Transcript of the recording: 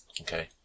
Okay